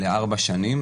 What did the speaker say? לארבע שנים,